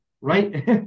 right